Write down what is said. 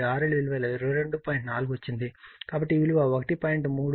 4 వచ్చింది కాబట్టి ఈ విలువ 1